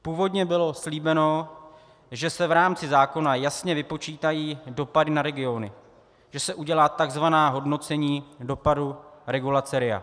Původně bylo slíbeno, že se v rámci zákona jasně vypočítají dopady na regiony, že se udělají takzvaná hodnocení dopadů regulace RIA.